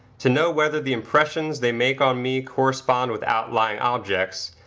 to know whether the impressions they make on me correspond with outlying objects,